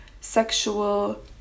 sexual